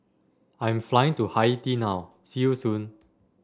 I am flying to Haiti now see you soon